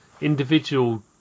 individual